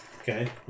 Okay